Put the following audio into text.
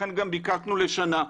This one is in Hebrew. לכן גם ביקשנו לשנה.